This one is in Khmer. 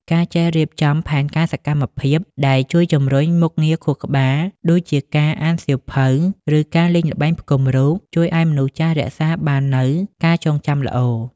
ការចេះរៀបចំផែនការសកម្មភាពដែលជួយជំរុញមុខងារខួរក្បាល ដូចជាការអានសៀវភៅ ឬការលេងល្បែងផ្គុំរូប ជួយឱ្យមនុស្សចាស់រក្សាបាននូវការចងចាំល្អ។